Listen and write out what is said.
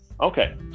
Okay